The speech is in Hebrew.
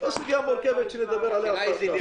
זו סוגיה מורכבת שנדבר עליה אחר כך.